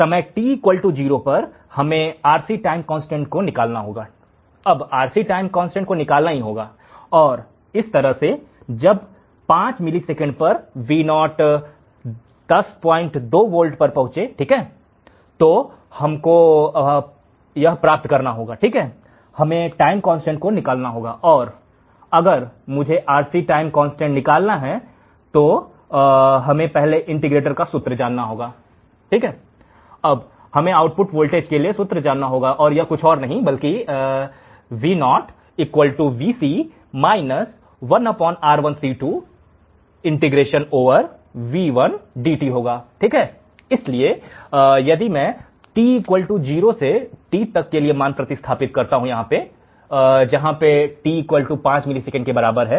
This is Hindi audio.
समय t 0 पर हमें RC टाइम कांस्टेंट को निकालना है RC टाइम कांस्टेंट को निकालना ही होगा और इस तरह से कि जब 5 मिली सेकंड पर Vo 102 वोल्ट पर पहुंचे ठीक है तो यह हमको प्राप्त करना होगा ठीक है हमें टाइम कांस्टेंट को निकालना होगा तो अगर मुझे RC टाइम कांस्टेंट निकालना है हमें पहले इंटीग्रेटर का सूत्र जानना होगा ठीक है हमें आउटपुट वोल्टेज के लिए सूत्र जाना होगा और यह कुछ और नहीं बल्कि इसलिए यदि मैं 0 से t तक के मान को प्रतिस्थापित करता हूं जहां पे t 5 मिलीसेकंड के बराबर है